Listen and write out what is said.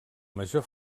major